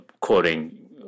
quoting